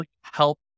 help